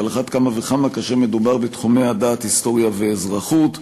ועל אחת כמה וכמה כאשר מדובר בתחומי הדעת היסטוריה ואזרחות.